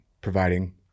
providing